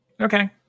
Okay